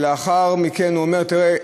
ולאחר מכן הוא אומר: תראה,